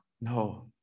No